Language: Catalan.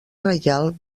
reial